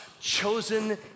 chosen